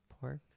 pork